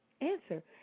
answer